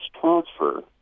transfer